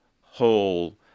whole